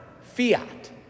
Fiat